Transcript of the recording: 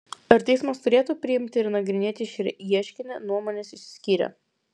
ar teismas turėtų priimti ir nagrinėti šį ieškinį nuomonės išsiskyrė